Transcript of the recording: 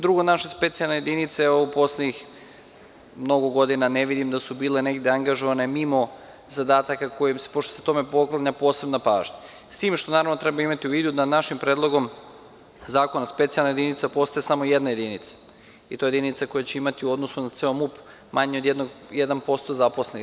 Drugo, naše specijalne jedinice u poslednjih mnogo godina ne vidim da su bile negde angažovane mimo zadataka, pošto se tome poklanja posebna pažnja, s tim što treba imati u vidu da našim Predlogom zakona, specijalna jedinica postaje samo jedinica, i to je jedinica koja će imati u odnosu na ceo MUP manje od 1% zaposlenih.